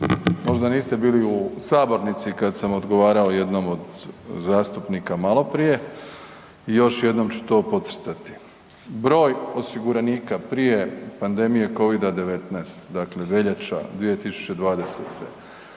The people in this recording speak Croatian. možda niste bili u sabornici kad sam odgovarao jednom od zastupnika maloprije. Još jednom ću to podcrtati, broj osiguranika prije pandemije covid-19, dakle veljača 2020.,